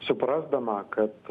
suprasdama kad